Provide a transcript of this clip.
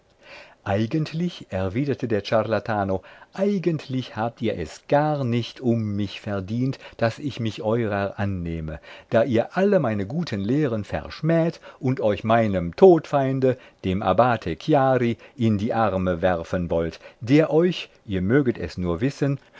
eigentlich erwiderte der ciarlatano eigentlich habt ihr es gar nicht um mich verdient daß ich mich eurer annehme da ihr alle meine guten lehren verschmäht und euch meinem todfeinde dem abbate chiari in die arme werfen wollt der euch ihr möget es nur wissen